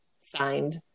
Signed